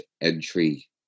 entry